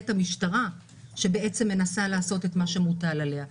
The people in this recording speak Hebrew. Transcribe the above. את המשטרה שמנסה לעשות את מה שמוטל עליה.